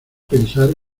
pensar